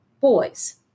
boys